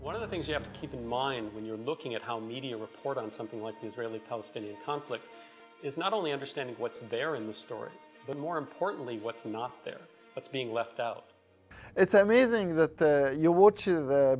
one of the things you have to keep in mind when you're looking at how media report on something like the israeli palestinian conflict is not only understand what's there in the story and more importantly what's not there it's being left out it's amazing that you watch